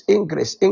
Increase